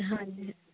ਹਾਂਜੀ